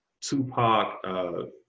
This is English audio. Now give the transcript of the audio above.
Tupac